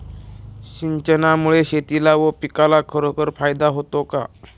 सिंचनामुळे शेतीला व पिकाला खरोखर फायदा होतो का?